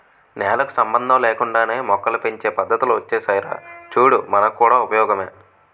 నేలకు సంబంధం లేకుండానే మొక్కల్ని పెంచే పద్దతులు ఒచ్చేసాయిరా చూడు మనకు కూడా ఉపయోగమే